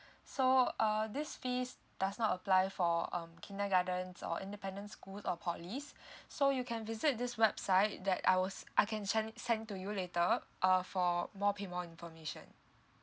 so uh this fees does not apply for um kindergartens or independence schools or polys so you can visit this website that I will I can send send to you later uh for more payment information